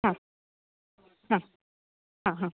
ಹಾಂ ಹಾಂ ಹಾಂ ಹಾಂ